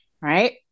Right